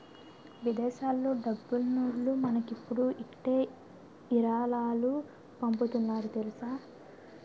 విదేశాల్లో డబ్బున్నోల్లు మనకిప్పుడు ఇట్టే ఇరాలాలు పంపుతున్నారు తెలుసా